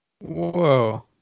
whoa